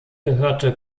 gehörte